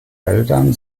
wäldern